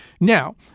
Now